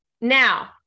Now